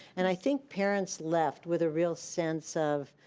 and i think parents left with a real sense of,